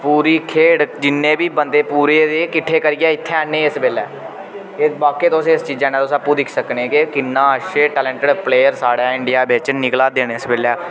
पूरी खेढ जिन्ने बी बंदे पूरे रेह् किट्ठे करियै इत्थें आह्ने इस बेल्लै एह् वाकई तुस इस चीजा कन्नै तुस अप्पू दिक्खी सकने कि किन्ना अच्छे टैलेंटेड प्लेयर साढ़ै इंडिया बिच्च निकला दे न इस बेल्लै